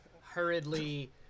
hurriedly